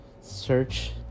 search